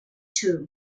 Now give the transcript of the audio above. two